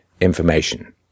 information